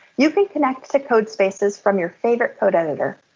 you can connect to codespaces from your favorite code editor,